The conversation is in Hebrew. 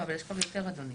אבל יש כבר יותר, אדוני.